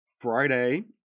Friday